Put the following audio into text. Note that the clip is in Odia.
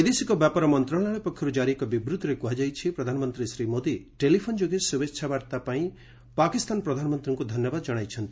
ବୈଦେଶିକ ବ୍ୟାପାର ମନ୍ତ୍ରଣାଳୟ ପକ୍ଷରୁ କାରି ଏକ ବିବୃଭିରେ କୁହାଯାଇଛି ପ୍ରଧାନମନ୍ତ୍ରୀ ଶ୍ରୀ ମୋଦି ଟେଲିଫୋନ ଯୋଗେ ଶୁଭେଚ୍ଛା ବାର୍ତ୍ତା ପାଇଁ ପାକିସ୍ତାନ ପ୍ରଧାନମନ୍ତ୍ରୀଙ୍କୁ ଧନ୍ୟବାଦ ଜଣାଇଛନ୍ତି